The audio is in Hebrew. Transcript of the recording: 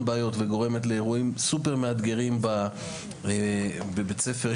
בעיות וגורמת לאירועים סופר מאתגרים בבית ספר.